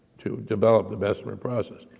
to develop the bessemer process.